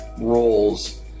roles